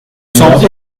cents